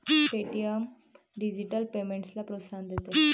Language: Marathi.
पे.टी.एम डिजिटल पेमेंट्सला प्रोत्साहन देते